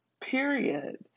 Period